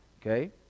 Okay